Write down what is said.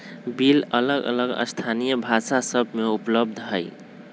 bill अलग अलग स्थानीय भाषा सभ में उपलब्ध हइ